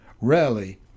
Rarely